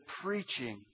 preaching